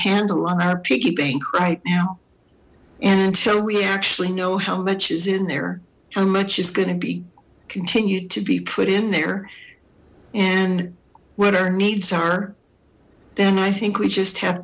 handle on our piggy bank right now and until we actually know how much is in there how much is going to be continued to be put in there and what our needs are then i think we just have